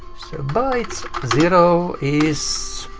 so bytes zero is.